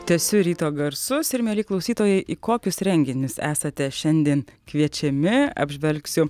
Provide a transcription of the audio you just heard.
tęsiu ryto garsus ir mieli klausytojai į kokius renginius esate šiandien kviečiami apžvelgsiu